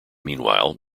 meanwhile